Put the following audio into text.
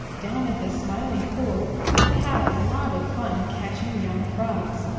down at the smiling pool i had a lot of fun catching young frogs.